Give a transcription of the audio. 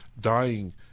dying